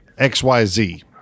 xyz